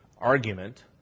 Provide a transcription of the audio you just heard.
argument